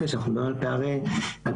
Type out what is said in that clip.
כשאנחנו מדברים על פערי הכנסה,